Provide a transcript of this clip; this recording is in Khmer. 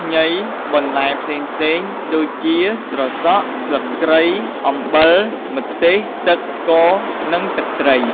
ខ្ញី បន្លែផ្សេងៗ ដូចជា ត្រសក់ ស្លឹកគ្រៃ អំបិល ម្ទេស ទឹក ស្ករ និងទឹកត្រី។